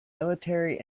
military